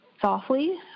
softly